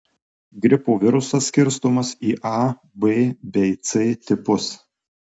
gripo virusas skirstomas į a b bei c tipus